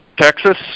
Texas